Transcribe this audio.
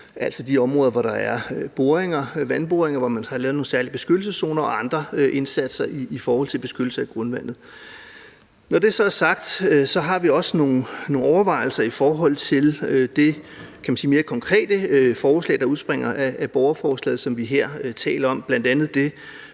altså de områder, hvor der er vandboringer, hvor man har lavet nogle særlige beskyttelseszoner og andre indsatser i forhold til beskyttelse af grundvandet. Når det så er sagt, har vi også nogle overvejelser i forhold til det mere konkrete forslag, der udspringer af borgerforslaget, som vi her taler om,